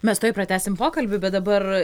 mes tuoj pratęsim pokalbį bet dabar